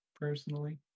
personally